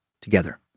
together